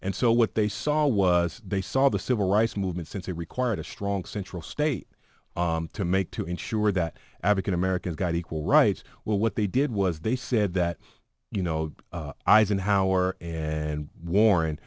and so what they saw was they saw the civil rights movement since it required a strong central state to make to ensure that african americans got equal rights well what they did was they said that you know eisenhower and warr